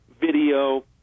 video